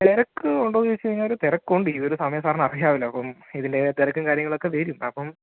തിരക്ക് ഉണ്ടോന്ന് ചോദിച്ച് കഴിഞ്ഞാൽ തിരക്ക് ഉണ്ട് ഈ ഒരു സമയം സാറിന് അറിയാവല്ലോ അപ്പം ഇതിൻ്റെ തിരക്കും കാര്യങ്ങളൊക്കെ വരും അപ്പം